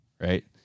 right